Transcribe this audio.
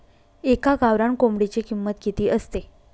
एका गावरान कोंबडीची किंमत किती असते?